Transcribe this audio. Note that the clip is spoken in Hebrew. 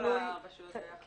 -- לכל הרשויות ביחד.